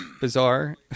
bizarre